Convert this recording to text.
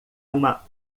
uma